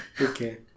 Okay